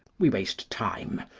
we waste time,